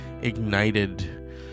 ignited